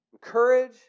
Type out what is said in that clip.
courage